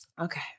Okay